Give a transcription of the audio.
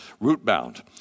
root-bound